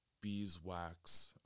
beeswax